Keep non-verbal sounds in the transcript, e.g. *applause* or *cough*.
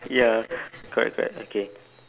ya *breath* correct correct okay